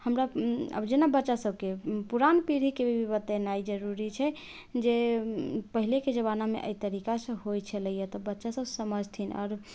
हमरा आब जेना बच्चा सबके पुरान पीढ़ीके भी बतेनाइ जरुरी छै जे पहिलेके जमानामे अइ तरीकासँ होइ छलैए तऽ बच्चा सब समझथिन आओर